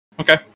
Okay